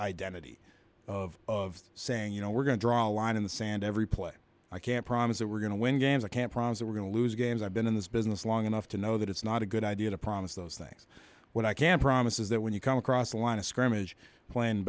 identity of saying you know we're going to draw a line in the sand every play i can't promise that we're going to win games i can't promise that we're going to lose games i've been in this business long enough to know that it's not a good idea to promise those things what i can promise is that when you come across the line of scrimmage plan